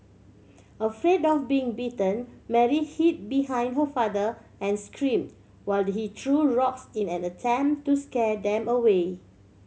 afraid of being bitten Mary hid behind her father and scream while he threw rocks in an attempt to scare them away